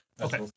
Okay